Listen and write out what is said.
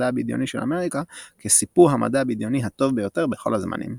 הבדיוני של אמריקה כ"סיפור המדע הבדיוני הטוב ביותר בכל הזמנים".